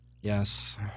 yes